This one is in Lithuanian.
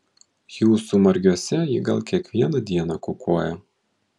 jūsų margiuose ji gal kiekvieną dieną kukuoja